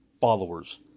followers